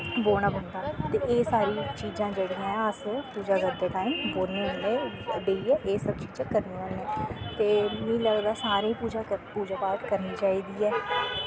बौह्ना पौंदा ते एह् सारी चीजां जेह्ड़ियां ऐं अस पूजा करदे टाईम बोलने होन्ने बेहियै एह् सब चीजां करने होन्ने ते मीं लगदा सारेंई पूजा पाठ करनी चाहिदी